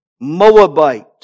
Moabite